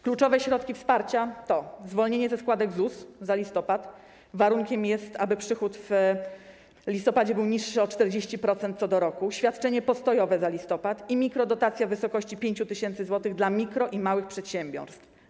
Kluczowe środki wsparcia to: zwolnienie ze składek ZUS za listopad - warunkiem jest, aby przychód w listopadzie był niższy o 40% co do roku - świadczenie postojowe za listopad i mikrodotacja w wysokości 5 tys. zł dla mikro- i małych przedsiębiorstw.